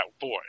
boy